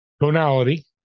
Tonality